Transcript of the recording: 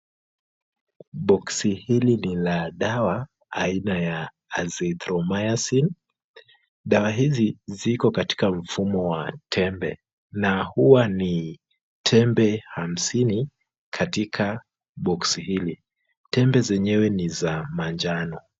Boksi hili ni la dawa aina ya Azithromycin. Dawa hizi ziko katika mfumo wa tembe na huwa ni tembe hamsini katika boksi hili. Tembe zenyewe ni za manjano.